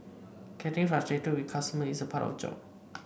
getting frustrated with customers is part of the job